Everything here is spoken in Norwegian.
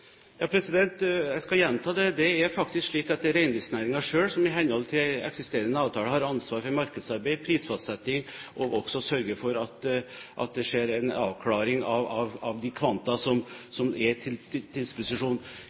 Jeg skal gjenta det: Det er faktisk slik at det er reindriftsnæringen selv som i henhold til eksisterende avtaler har ansvaret for markedsarbeid og prisfastsetting, og også å sørge for at det skjer en avklaring av de kvanta som er til